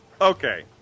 Okay